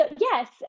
Yes